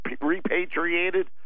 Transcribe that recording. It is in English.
repatriated